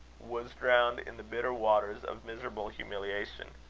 was drowned in the bitter waters of miserable humiliation.